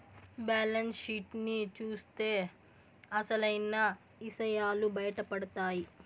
balance sheet ని చూత్తే అసలైన ఇసయాలు బయటపడతాయి